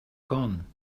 gone